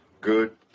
good